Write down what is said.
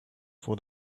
for